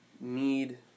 need